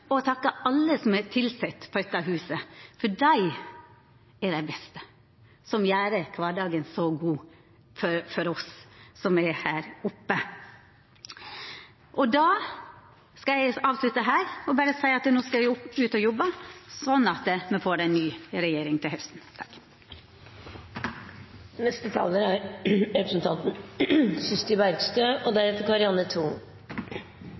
takka alle som er tilsette på dette huset, for dei er dei beste, som gjer kvardagen så god for oss som er her oppe. Da skal eg avslutta her og berre seia at no skal eg ut og jobba sånn at me får ei ny regjering til hausten.